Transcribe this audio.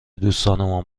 دوستامون